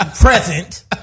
Present